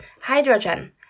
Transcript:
hydrogen